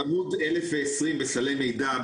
עמוד 1020 בסלי מידע,